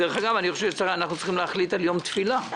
אגב, אני חושב שאנחנו צריכים להחליט על יום תפילה.